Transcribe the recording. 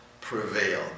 prevail